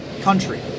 country